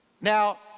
Now